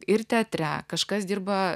ir teatre kažkas dirba